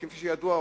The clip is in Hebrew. כפי שידוע,